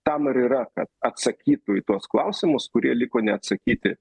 tam ir yra kad atsakytų į tuos klausimus kurie liko neatsakyti